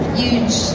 huge